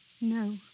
No